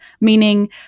meaning